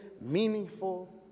meaningful